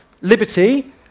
liberty